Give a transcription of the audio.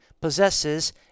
possesses